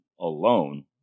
alone